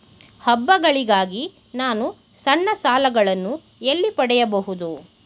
ಹಬ್ಬಗಳಿಗಾಗಿ ನಾನು ಸಣ್ಣ ಸಾಲಗಳನ್ನು ಎಲ್ಲಿ ಪಡೆಯಬಹುದು?